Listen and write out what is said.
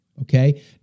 okay